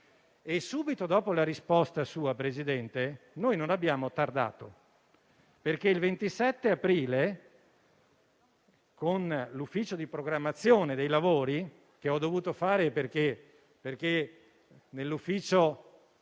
subito dopo la sua risposta, signor Presidente, noi non abbiamo tardato. Infatti il 27 aprile, con l'ufficio di programmazione dei lavori, che ho dovuto fare perché ovviamente